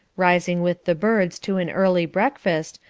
rising with the birds to an early breakfast,